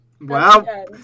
Wow